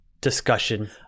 discussion